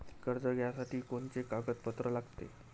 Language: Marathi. कर्ज घ्यासाठी कोनचे कागदपत्र लागते?